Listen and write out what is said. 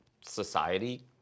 society